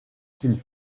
qu’ils